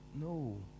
No